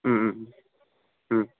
ও ও ও ওম